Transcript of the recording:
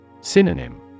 Synonym